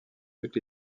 toutes